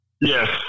Yes